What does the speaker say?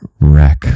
wreck